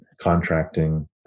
contracting